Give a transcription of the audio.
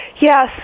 Yes